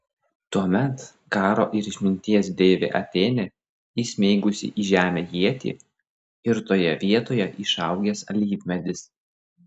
tuomet karo ir išminties deivė atėnė įsmeigusi į žemę ietį ir toje vietoje išaugęs alyvmedis